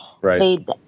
Right